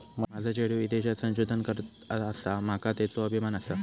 माझा चेडू ईदेशात संशोधन करता आसा, माका त्येचो अभिमान आसा